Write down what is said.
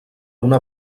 una